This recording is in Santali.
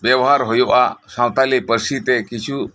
ᱵᱮᱵᱚᱦᱟᱨ ᱦᱳᱭᱳᱜᱼᱟ ᱥᱟᱶᱛᱟᱲᱤ ᱯᱟᱹᱨᱥᱤᱛᱮ ᱠᱤᱪᱷᱩ